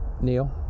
Neil